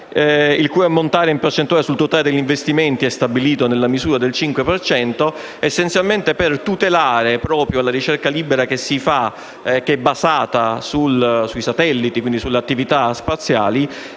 il cui ammontare in percentuale sul totale degli investimenti è stabilito nella misura del 5 per cento, essenzialmente per tutelare la ricerca libera, appunto, che è basata sui satelliti e quindi sulle attività spaziali,